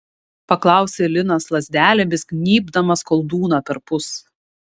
paklausė linas lazdelėmis gnybdamas koldūną perpus